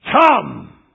come